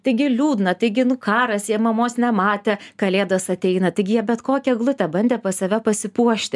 taigi liūdna taigi nu karas jie mamos nematė kalėdos ateina taigi jie bet kokią eglutę bandė pas save pasipuošti